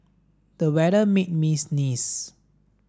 the weather made me sneeze